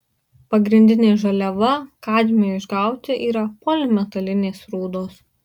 pagrindinė žaliava kadmiui išgauti yra polimetalinės rūdos